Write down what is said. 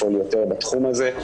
לפעול יותר בתחום הזה.